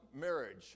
marriage